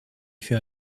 fait